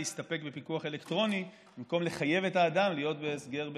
להסתפק בפיקוח אלקטרוני במקום לחייב את האדם להיות בהסגר במלונית.